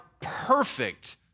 perfect